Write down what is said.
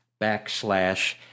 backslash